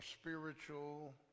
spiritual